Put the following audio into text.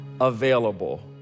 available